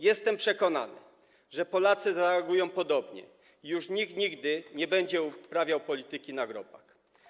Jestem przekonany, że Polacy zareagują podobnie i już nikt nigdy nie będzie uprawiał polityki na grobach.